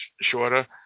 shorter